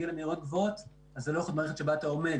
למהירויות גבוהות אז זו לא מערכת שבה אתה עומד,